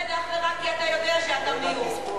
פוחד אך ורק כי אתה יודע שאתה מיעוט.